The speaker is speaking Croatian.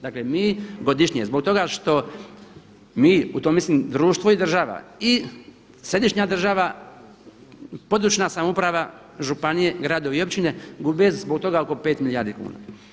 Dakle mi godišnje zbog toga što mi, u to mislim društvo i država i središnja država, područna samouprava, županije, gradovi i općine gube zbog toga oko 5 milijardi kuna.